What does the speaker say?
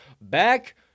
back